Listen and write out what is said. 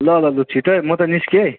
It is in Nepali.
ल ल लु छिटै म त निस्केँ है